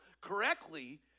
correctly